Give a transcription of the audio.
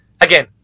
Again